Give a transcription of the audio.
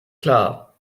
klar